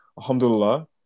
alhamdulillah